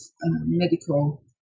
medical